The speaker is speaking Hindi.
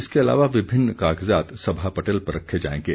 इसके अलावा विभिन्न कागज़ात सभा पटल पर रखे जाएंगे